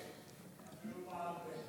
אפילו בעל פה.